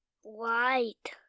White